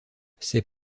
ses